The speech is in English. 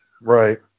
right